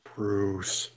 Bruce